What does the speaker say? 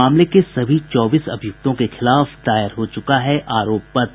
मामले के सभी चौबीस अभियुक्तों के खिलाफ दायर हो चुका है आरोप पत्र